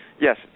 Yes